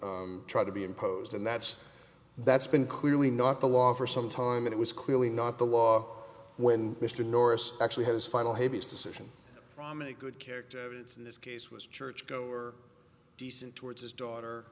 try to be imposed and that's that's been clearly not the law for some time it was clearly not the law when mr norris actually had his final his decision from a good character in this case was churchgoer decent towards his daughter